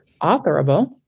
Authorable